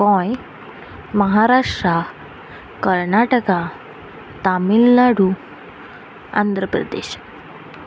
Goa Maharashtra Karnataka Tamil Nadu Andhra Pradesh